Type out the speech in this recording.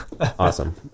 awesome